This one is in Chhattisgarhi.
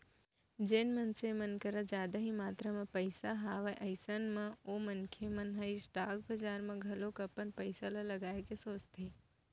जेन मनसे मन कर जादा ही मातरा म पइसा हवय अइसन म ओ मनखे मन ह स्टॉक बजार म घलोक अपन पइसा ल लगाए के सोचथे